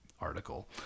article